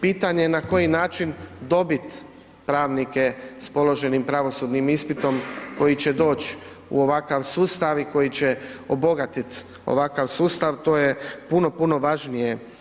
Pitanje je na koji način dobiti pravnike s položenim pravosudnim ispitom koji će doći u ovakav sustav i koji će obogatit ovakav sustav, to je puno, puno važnije.